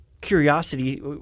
Curiosity